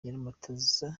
nyiramataza